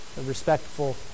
respectful